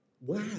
Wow